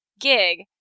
gig